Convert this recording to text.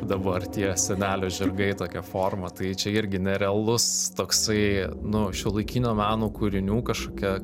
dabar tie senelio žirgai tokia forma tai čia irgi nerealus toksai nu šiuolaikinio meno kūrinių kažkokia